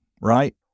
right